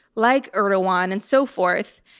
like erdogan, and so forth.